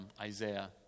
Isaiah